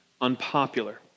unpopular